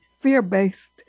fear-based